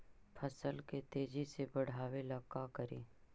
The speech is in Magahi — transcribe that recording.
फसल के तेजी से बढ़ाबे ला का करि?